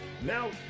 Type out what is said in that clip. Now